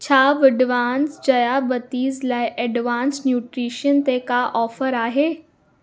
छा विडवान्स जयाबतिज़ लाइ एडवांस नुट्रिशन ते का ऑफ़र आहे